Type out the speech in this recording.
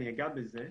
אני אגע בזה.